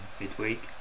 midweek